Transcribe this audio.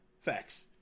Facts